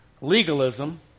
legalism